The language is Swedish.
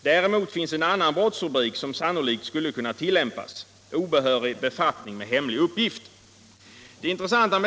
Däremot finns en annan brottsrubrik som sannolikt skulle kunna tillämpas: ”obehörig befattning med hemlig uppgift”.